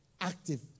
active